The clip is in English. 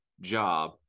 job